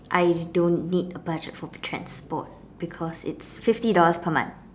I don't need a budget for my transport because it's fifty dollars per month